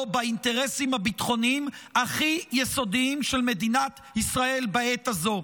באינטרסים הביטחוניים הכי יסודיים של מדינת ישראל בעת הזו.